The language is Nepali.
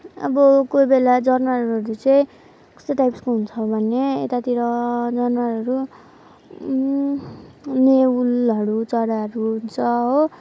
अब कोही बेला जनावरहरू चाहिँ कस्तो टाइप्सको हुन्छ भने यतातिर जनावरहरू न्याहुलहरू चराहरू हुन्छ हो